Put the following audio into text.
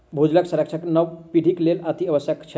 भूजलक संरक्षण नव पीढ़ीक लेल अतिआवश्यक छै